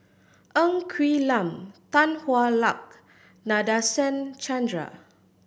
Ng Quee Lam Tan Hwa Luck Nadasen Chandra